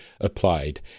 applied